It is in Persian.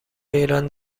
ایران